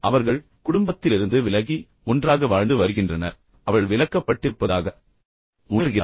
அவர்கள்தான் குடும்பத்திலிருந்து விலகி ஒன்றாக வாழ்ந்து வருகின்றனர் இப்போது அவள் விலக்கப்பட்டிருப்பதாக உணர்கிறாள்